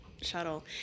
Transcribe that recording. shuttle